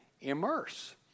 immerse